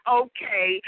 okay